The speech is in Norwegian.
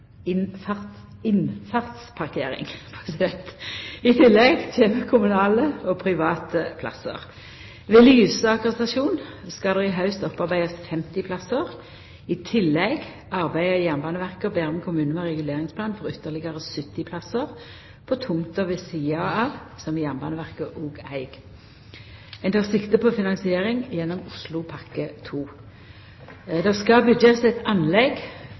I tillegg kjem kommunale og private plassar. Ved Lysaker stasjon skal det i haust opparbeidast 50 plassar. I tillegg arbeider Jernbaneverket og Bærum kommune med reguleringsplan for ytterlegare 70 plassar på tomta ved sida av, som Jernbaneverket òg eig. Ein tek sikte på finansiering gjennom Oslopakke 2. Det skal byggjast eit anlegg